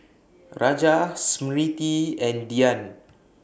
Raja Smriti and Dhyan